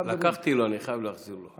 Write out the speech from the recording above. לקחתי לו, אני חייב להחזיר לו.